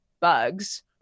bugs